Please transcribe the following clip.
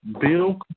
Bill